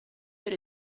per